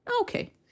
Okay